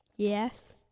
Yes